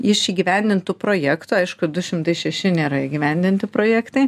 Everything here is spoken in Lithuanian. iš įgyvendintų projektų aišku du šimtai šeši nėra įgyvendinti projektai